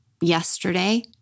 yesterday